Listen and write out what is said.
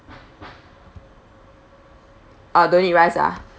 ah don't need rice ah